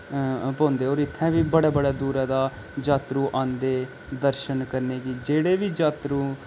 पौंदी होर इत्थें बी बड़े बड़े दूरै दा जात्रु आंदे दर्शन करने गी जेह्ड़े बी जात्रु